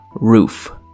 Roof